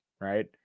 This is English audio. right